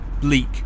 Bleak